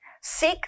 seek